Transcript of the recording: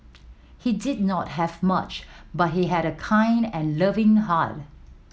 he did not have much but he had a kind and loving heart